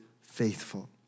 faithful